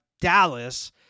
Dallas